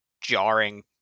jarring